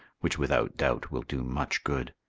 which without doubt will do much good.